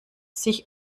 sie